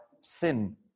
sin